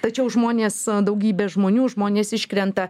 tačiau žmonės daugybė žmonių žmonės iškrenta